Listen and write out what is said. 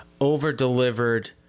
over-delivered